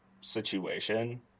situation